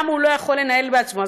למה הוא לא יכול לנהל בעצמו?